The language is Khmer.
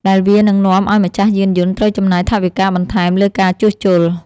ដែលវានឹងនាំឱ្យម្ចាស់យានយន្តត្រូវចំណាយថវិកាបន្ថែមលើការជួសជុល។